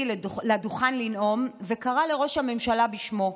לדוכן לנאום וקראה לראש הממשלה בשמו.